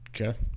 Okay